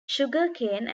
sugarcane